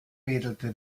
wedelte